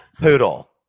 Poodle